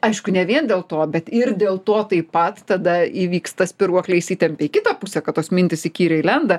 aišku ne vien dėl to bet ir dėl to taip pat tada įvyksta spyruoklė įsitempia į kitą pusę kad tos mintys įkyriai lenda